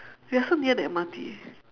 we are so near the M_R_T